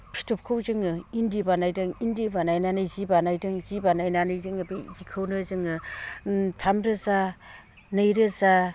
फिथोबखौ जोङो इन्दि बानायदों इन्दि बानायनानै जि बानायदों जि बानायनानै जोङो बै जिखौनो जोङो थामरोजा नैरोजा